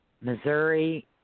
Missouri